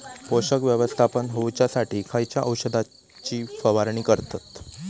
पोषक व्यवस्थापन होऊच्यासाठी खयच्या औषधाची फवारणी करतत?